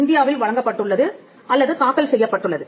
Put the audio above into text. இந்தியாவில் வழங்கப்பட்டுள்ளது அல்லது தாக்கல் செய்யப்பட்டுள்ளது